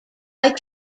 like